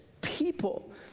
people